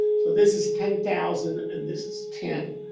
so, this is ten thousand. and this is ten.